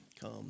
come